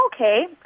okay